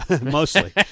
mostly